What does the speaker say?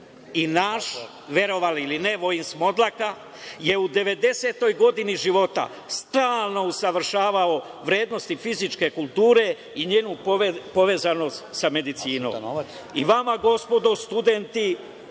Naš, verovali ili ne, Vojin Smodlaka je u 90. godini života stalno usavršavao vrednosti fizičke kulture i njenu povezanost sa medicinom. Vama, gospodo studenti,